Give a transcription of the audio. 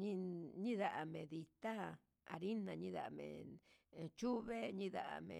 ñinda ñindamedi nda arina ñindame chuve nindame.